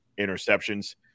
interceptions